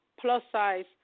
plus-size